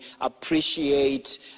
appreciate